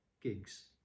gigs